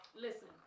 Listen